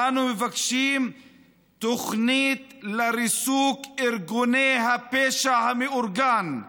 אנו מבקשים תוכנית לריסוק ארגוני הפשע המאורגן,